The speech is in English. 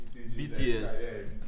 BTS